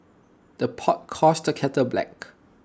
the pot calls the kettle black